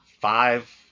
five